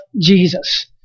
Jesus